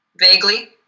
Vaguely